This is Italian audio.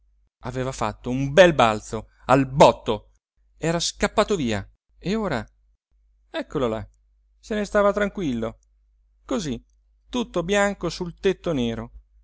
aveva fatto un bel balzo al botto era scappato via e ora eccolo là se ne stava tranquillo così tutto bianco sul tetto nero